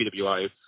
pwi